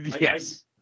Yes